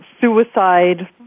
suicide